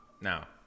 now